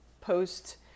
post